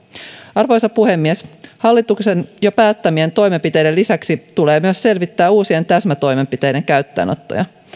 arvoisa puhemies hallituksen jo päättämien toimenpiteiden lisäksi tulee myös selvittää uusien täsmätoimenpiteiden käyttöönottoa